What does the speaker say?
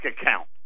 account